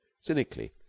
Cynically